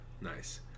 Nice